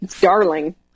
darling